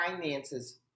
finances